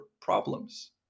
problems